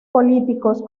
políticos